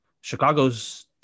Chicago's